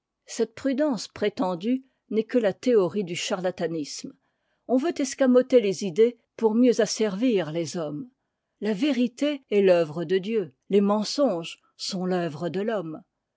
cette prudence prétendue n'est que la théorie du charlatanisme on veut escamoter les idées pour mieux asservir les hommes la vérité est t'œuvre de dieu les mensonges sont t'œuvrede t'homme